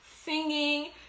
singing